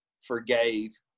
forgave